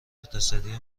اقتصادی